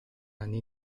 anni